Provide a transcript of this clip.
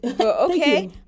okay